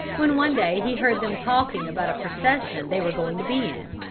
when one day he heard them talking about a procession they were going to be in,